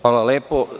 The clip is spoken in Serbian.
Hvala lepo.